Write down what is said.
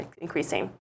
increasing